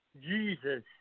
Jesus